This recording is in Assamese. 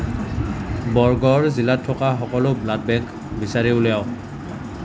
বৰগড় জিলাত থকা সকলো ব্লাড বেংক বিচাৰি উলিয়াওক